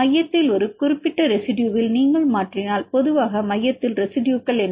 மையத்தில் ஒரு குறிப்பிட்ட ரெசிடுயுவில் நீங்கள் மாற்றினால் பொதுவாக மையத்தில் ரெசிடுயுகள் என்ன